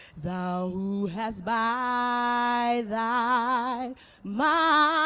thou who has by thy might